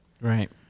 right